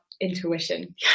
intuition